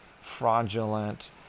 fraudulent